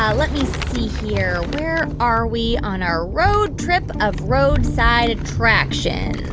um let me see here. where are we on our road trip of roadside attractions?